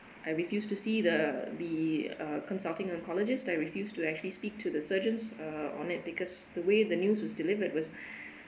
I refuse to see the be uh consulting oncologist I refuse to actually speak to the surgeons uh on it because the way the news was delivered was